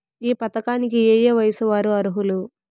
ఈ పథకానికి ఏయే వయస్సు వారు అర్హులు?